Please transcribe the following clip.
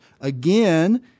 again